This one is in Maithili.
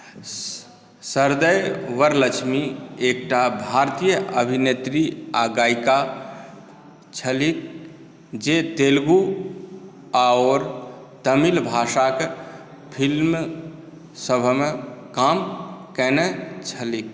सरदेय वरलक्ष्मी एकटा भारतीय अभिनेत्री आ गायिका छलीह जे तेलुगु आओर तमिल भाषाक फिल्मसभमे काम कयने छलीह